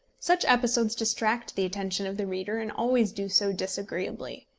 such episodes distract the attention of the reader, and always do so disagreeably.